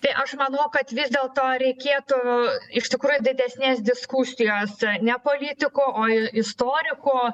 tai aš manau kad vis dėlto reikėtų iš tikrųjų didesnės diskusijos ne politikų o istorikų